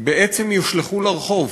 בעצם יושלכו לרחוב.